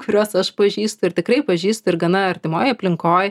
kuriuos aš pažįstu ir tikrai pažįstu ir gana artimoj aplinkoj